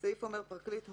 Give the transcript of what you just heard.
"פרקליט מחוז,